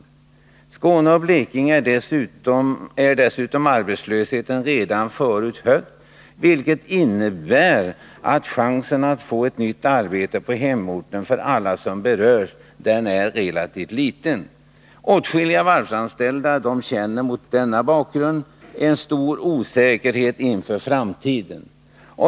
I Skåne och Blekinge är dessutom arbetslösheten redan förut hög, vilket innebär att chansen att få nytt arbete på hemorten för alla som berörs är relativt liten. Åtskilliga varvsanställda känner mot denna bakgrund en stor osäkerhet inför framtiden.